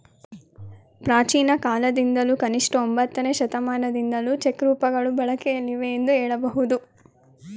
ಪ್ರಾಚೀನಕಾಲದಿಂದಲೂ ಕನಿಷ್ಠ ಒಂಬತ್ತನೇ ಶತಮಾನದಿಂದಲೂ ಚೆಕ್ ರೂಪಗಳು ಬಳಕೆಯಲ್ಲಿವೆ ಎಂದು ಹೇಳಬಹುದು